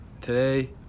today